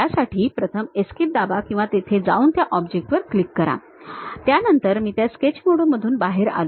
त्यासाठी प्रथम एस्केप दाबा किंवा तिथे जाऊन त्या ऑब्जेक्टवर क्लिक करा त्यानंतर मी त्या स्केच मोडमधून बाहेर आलो